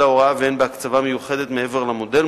ההוראה והן בהקצבה מיוחדת מעבר למודל.